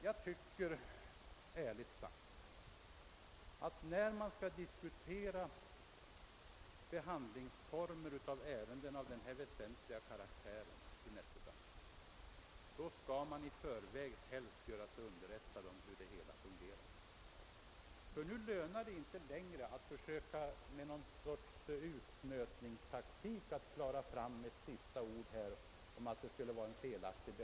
Jag tycker, ärligt sagt, att när man skall diskutera formerna för behandlingen av dessa väsentliga ärenden, bör man helst i förväg göra sig underrättad om hur det hela går till. Nu lönar det sig inte längre att med något slags utnötningstaktik försöka få det sista ordet i denna debatt.